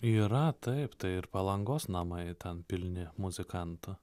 yra taip tai ir palangos namai ten pilni muzikantų